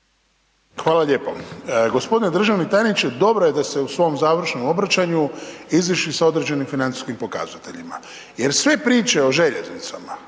Hvala lijepo. g. Državni tajniče, dobro je da ste u svom završnom obraćanju izišli sa određenim financijskim pokazateljima jer sve priče o željeznicama